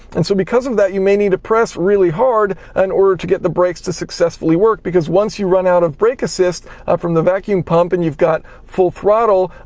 and so because of that you may need to press really hard in and order to get the brakes to successfully work, because once you run out of brake assist from the vacuum pump and you've got full throttle,